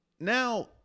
Now